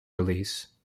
release